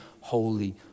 holy